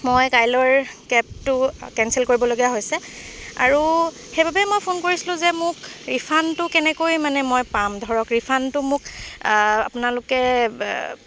মই কাইলৈৰ কেবটো কেঞ্চেল কৰিবলগীয়া হৈছে আৰু সেইবাবেই মই ফোন কৰিছিলোঁ যে মোক ৰিফাণ্ডটো কেনেকৈ মানে মই পাম ধৰক ৰিফাণ্ডটো মোক আপোনালোকে